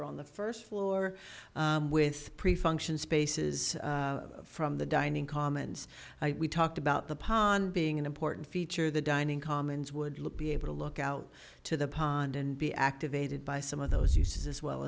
are on the first floor with pretty functional spaces from the dining commons we talked about the pond being an important feature the dining commons would be able to look out to the pond and be activated by some of those uses as well